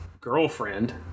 girlfriend